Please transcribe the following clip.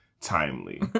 timely